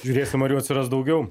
žiūrėsim ar jų atsiras daugiau